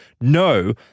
no